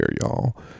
y'all